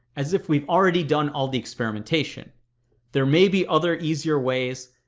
as if we've already done all the experimentation there may be other easier ways,